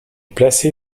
placé